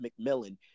McMillan